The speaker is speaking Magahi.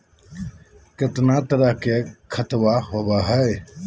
कितना तरह के खातवा होव हई?